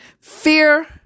Fear